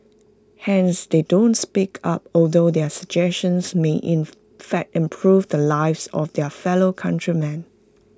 hence they don't speak up although their suggestions may in fact improve the lives of their fellow countrymen